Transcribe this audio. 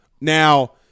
Now